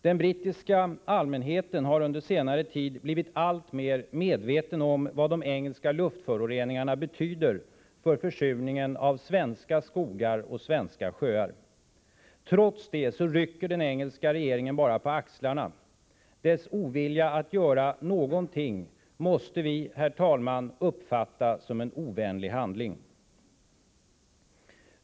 Den brittiska allmänheten har under senare tid blivit alltmer medveten om vad de engelska luftföroreningarna betyder för försurningen av svenska skogar och svenska sjöar. Trots det rycker den engelska regeringen bara på axlarna. Dess ovilja att göra någonting måste vi, herr talman, uppfatta som en ovänlig handling.